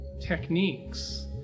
techniques